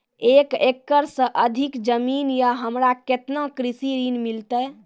एक एकरऽ से अधिक जमीन या हमरा केतना कृषि ऋण मिलते?